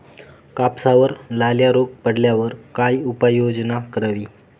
कापसावर लाल्या रोग पडल्यावर काय उपाययोजना करावी?